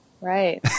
Right